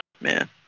Man